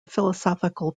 philosophical